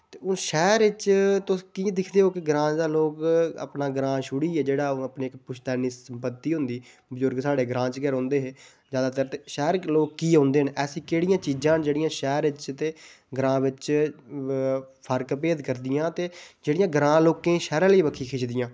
ते हून शैह्र च तुस की दिखदे ओ कि ग्रांऽ दा लोक अपना ग्रांऽ छुड़ियै जेह्ड़ा ओह् अपनी इक पुश्तैनी संपत्ति होंदी बुजुर्ग साढे ग्रांऽ च गै रौंह्दे हे ज्यादातर ते शैह्र लोक की औंदे न ऐसियां केह्ड़ियां चीजां न जेह्ड़ियां शैह्रें च ते ग्रांऽ बिच्च फर्क भेद करदियां ते जेह्ड़ियां ग्रांऽ लोकें गी शैह्रे आह्ली बक्खी खिच्चदियां